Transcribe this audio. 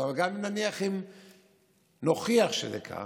אבל גם אם נוכיח שזה כך,